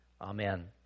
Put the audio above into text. Amen